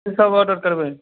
की सब ऑर्डर करबय